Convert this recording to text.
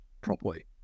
properly